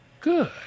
Good